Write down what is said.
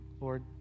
Lord